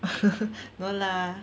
no lah